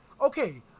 Okay